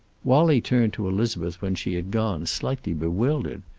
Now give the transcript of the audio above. wallie turned to elizabeth when she had gone, slightly bewildered.